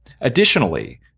Additionally